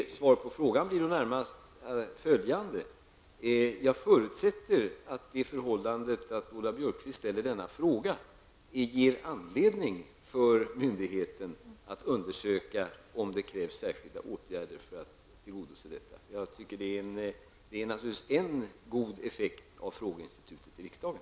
Mitt svar på frågan blir närmast följande: Jag förutsätter att det förhållandet att Lola Björkquist ställer denna fråga ger anledning för myndigheten att undersöka om det krävs särskilda åtgärder för att tillgodose dessa önskemål. Detta är naturligtvis en god effekt av frågeinstitutet i riksdagen.